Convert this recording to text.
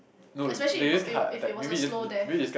especially if if if it was a slow death